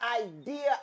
idea